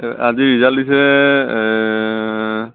আজি ৰিজাল্ট দিছে